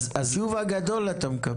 תשובה גדולה אתה מקבל.